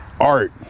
Art